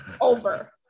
over